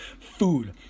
food